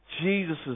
Jesus